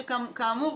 שכאמור,